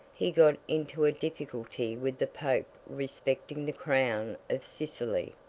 he got into a difficulty with the pope respecting the crown of sicily,